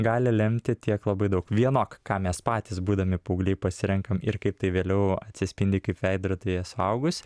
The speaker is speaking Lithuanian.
gali lemti tiek labai daug vienok ką mes patys būdami paaugliai pasirenkam ir kaip tai vėliau atsispindi kaip veidrodyje suaugus